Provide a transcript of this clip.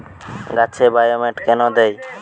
গাছে বায়োমেট কেন দেয়?